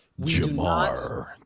Jamar